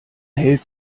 hält